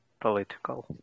political